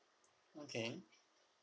okay